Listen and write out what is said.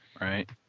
Right